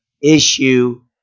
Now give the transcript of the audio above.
issue